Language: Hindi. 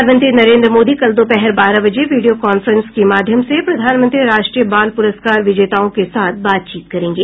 प्रधानमंत्री नरेन्द्र मोदी कल दोपहर बारह बजे वीडियो कांफ्रेन्स के माध्यम से प्रधानमंत्री राष्ट्रीय बाल पुरस्कार विजेताओं के साथ बातचीत करेंगे